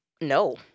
no